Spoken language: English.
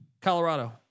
Colorado